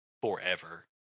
forever